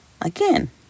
again